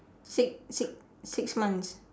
six six six months